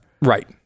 Right